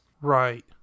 right